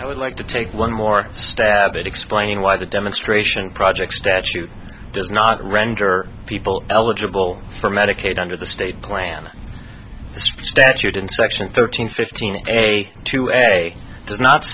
i would like to take one more stab at explaining why the demonstration project statute does not render people eligible for medicaid under the state plan statute in section thirteen fifteen a to a does not